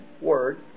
Word